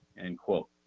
end quote.